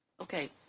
Okay